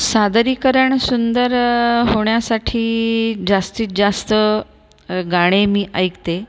सादरीकरण सुंदर होण्यासाठी जास्तीत जास्त गाणे मी ऐकते